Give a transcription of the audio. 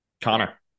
Connor